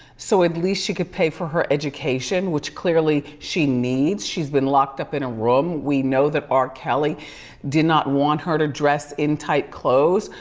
so at least she could pay for her education, which clearly she needs. she's been locked up in a room. we know that r. kelly did not want her to dress in tight clothes.